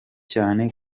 cyane